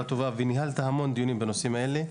טובה וניהלתי המון דיונים בנושאים האלה,